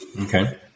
okay